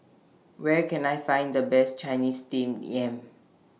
Where Can I Find The Best Chinese Steamed Yam